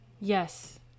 yes